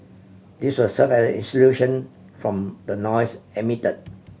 this will serve as insulation from the noise emitted